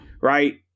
right